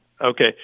Okay